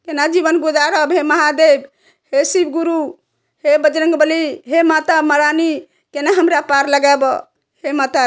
केन जीवन बुझागा बे हे महादेव हे शिव गुरु हे बजरंग बली हे माता महरानी केना हमरा पार लगा बो हे माता